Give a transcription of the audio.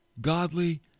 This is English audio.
godly